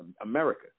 America